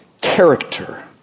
character